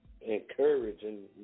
encouraging